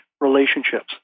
relationships